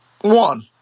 one